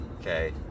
okay